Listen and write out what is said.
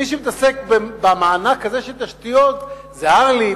מי שמתעסק במענק הזה של תשתיות זה הרל"י,